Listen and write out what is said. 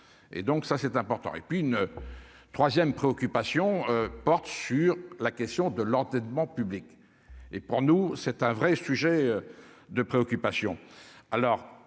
et donc ça c'est important et puis une 3ème préoccupation porte sur la question de l'endettement public et pour nous, c'est un vrai sujet de préoccupation,